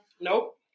Nope